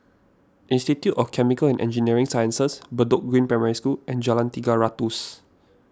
Institute of Chemical and Engineering Sciences Bedok Green Primary School and Jalan Tiga Ratus